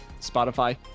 Spotify